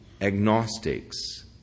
agnostics